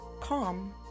calm